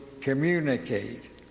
communicate